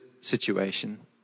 situation